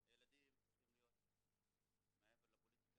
ואמרת שהילדים צריכים להיות מעבר לפוליטיקה,